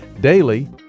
Daily